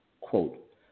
Quote